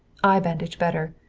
i bandage better!